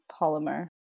polymer